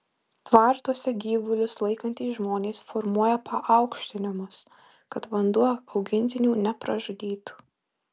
tvartuose gyvulius laikantys žmonės formuoja paaukštinimus kad vanduo augintinių nepražudytų